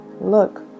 look